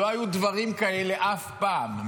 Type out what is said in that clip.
לא היו דברים כאלה אף פעם,